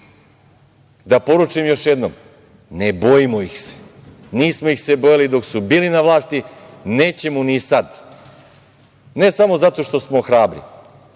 poručim još jednom ne bojimo ih se. Nismo ih se bojali dok su bili na vlasti, nećemo ni sad, ne samo zato što smo hrabri,